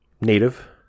Native